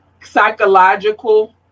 psychological